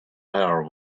her